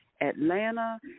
Atlanta